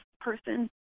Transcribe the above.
person